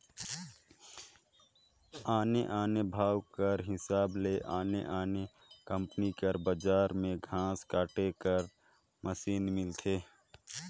आने आने भाव कर हिसाब ले आने आने कंपनी कर बजार में घांस काटे कर मसीन मिलथे